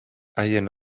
haien